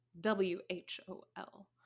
W-H-O-L